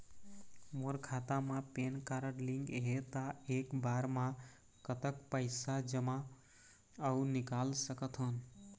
मोर खाता मा PAN card link हे ता एक बार मा कतक पैसा जमा अऊ निकाल सकथन?